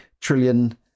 trillion